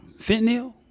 fentanyl